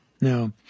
No